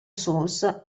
source